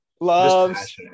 Loves